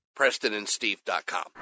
PrestonandSteve.com